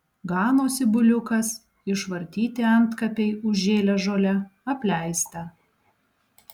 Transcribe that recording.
ganosi buliukas išvartyti antkapiai užžėlę žole apleista